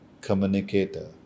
communicator